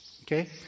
Okay